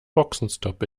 boxenstopp